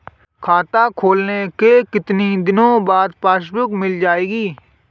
खाता खोलने के कितनी दिनो बाद पासबुक मिल जाएगी?